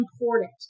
important